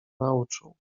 nauczył